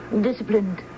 Disciplined